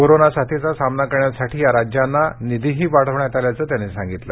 corona साथीचा सामना करण्यासाठी या राज्यांना निधीही वाढवण्यात आल्याचं त्यांनी सांगितलं